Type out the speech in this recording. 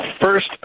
first